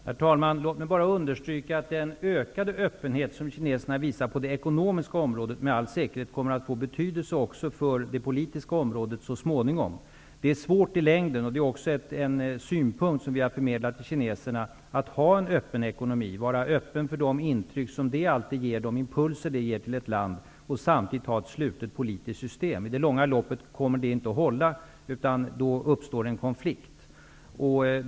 Herr talman! Låt mig bara understryka att den ökade öppenhet som kineserna visar på det ekonomiska området med all säkerhet så småningom kommer att få betydelse också på det politiska området. En synpunkt som vi har förmedlat till kineserna är att ha en öppen ekonomi, vara öppen för de intryck och impulser som detta alltid ger till ett land. Det är svårt i längden att samtidigt ha ett slutet politiskt system. I det långa loppet kommer det inte att hålla, utan det uppstår en konflikt.